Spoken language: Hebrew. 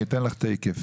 אני אתן לך תיכף,